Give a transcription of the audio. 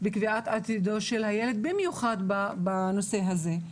בקביעת עתידו של הילד במיוחד בנושא הזה.